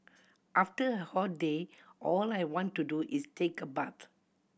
after a hot day all I want to do is take a bath